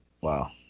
wow